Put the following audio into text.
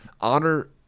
honor